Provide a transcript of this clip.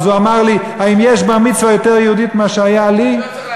אז הוא אמר לי: האם יש בר-מצווה יותר יהודית מזו שהייתה לי?